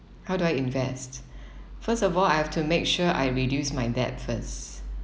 how do I invest first of all I have to make sure I reduce my debt first